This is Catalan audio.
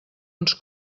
ens